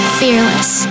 fearless